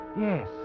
Yes